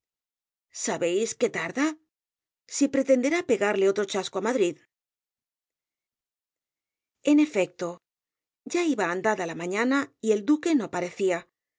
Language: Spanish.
sabéis que tarda si pretenderá pegarle otro chasco á madrid en efecto ya iba andada la mañana y el duque no parecía